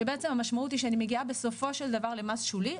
שבעצם המשמעות היא שאני מגיעה בסופו של דבר למס שולי,